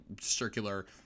circular